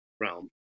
realm